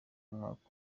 umwaka